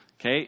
okay